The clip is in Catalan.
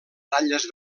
ratlles